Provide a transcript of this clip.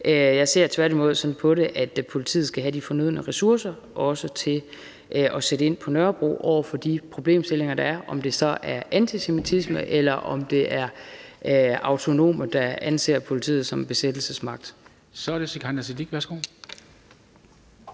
Jeg ser tværtimod sådan på det, at politiet skal have de fornødne ressourcer, også til at sætte ind på Nørrebro i forhold til de problemstillinger, der er – om det så er antisemitisme, eller om det er autonome, der ser politiet som en besættelsesmagt. Kl. 14:04 Formanden (Henrik